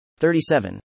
37